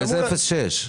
איזה 0.6?